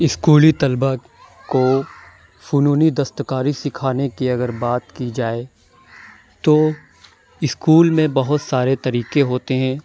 اسکولی طلباء کو فنونی دستکاری سکھانے کی اگر بات کی جائے تو اسکول میں بہت سارے طریقے ہوتے ہیں